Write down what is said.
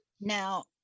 Now